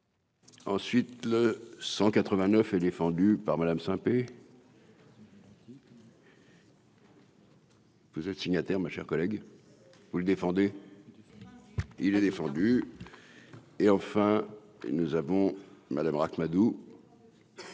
Ensuite, le 100 89 et défendu par Madame Saint-Pé. Vous êtes signataire, ma chère collègue, vous le défendez, il est défendu et enfin, et nous avons Madame Ract-Madoux.